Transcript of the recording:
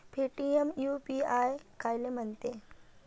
Paytm UPI कायले म्हनते?